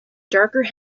darker